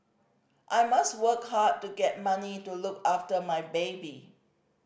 I must work hard to get money to look after my baby